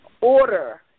order